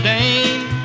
Dame